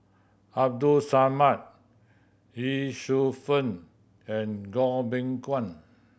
Abdul Samad Ye Shufang and Goh Beng Kwan